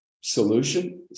solution